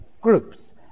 groups